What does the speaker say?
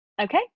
Okay